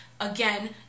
Again